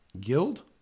Guild